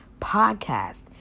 podcast